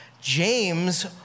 James